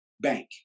bank